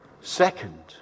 Second